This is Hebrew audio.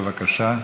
בבקשה.